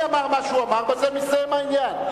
אמר מה שהוא אמר ובזה מסתיים העניין.